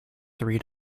three